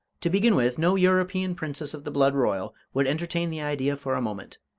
to begin with, no european princess of the blood royal would entertain the idea for a moment.